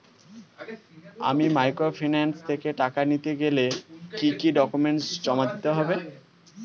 আমি মাইক্রোফিন্যান্স থেকে টাকা নিতে গেলে কি কি ডকুমেন্টস জমা দিতে হবে?